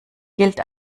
gilt